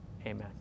Amen